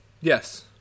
Yes